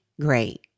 great